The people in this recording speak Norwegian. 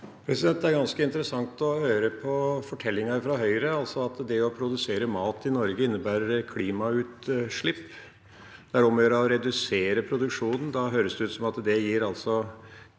Det er ganske interessant å høre på fortellingen fra Høyre – altså at det å produsere mat i Norge innebærer klimagassutslipp. Det er om å gjøre å redusere produksjonen. Da høres det ut som om det gir klimagasskutt.